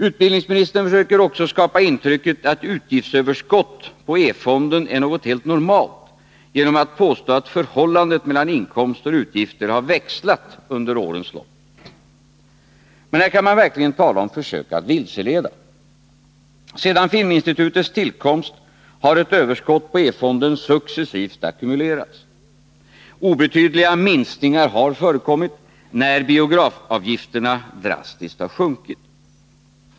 Utbildningsministern försöker också skapa intrycket att utgiftsöverskott på E-fonden är något helt normalt genom att påstå att förhållandet mellan inkomster och utgifter har växlat under årens lopp. Här kan man verkligen tala om försök att vilseleda. Sedan Filminstitutets tillkomst har ett överskott på E-fonden successivt ackumulerats. Obetydliga minskningar har förekommit när biografavgifterna drastiskt har sjunkit.